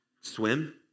swim